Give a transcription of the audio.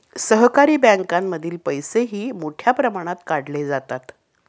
सहकारी बँकांमधील पैसेही मोठ्या प्रमाणात काढले जातात